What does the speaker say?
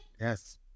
Yes